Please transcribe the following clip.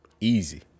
Easy